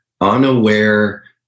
unaware